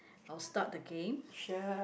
I will start the game